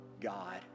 God